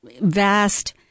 vast